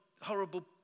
horrible